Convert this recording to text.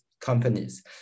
companies